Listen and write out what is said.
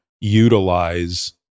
utilize